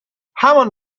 همان